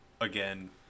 again